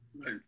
Right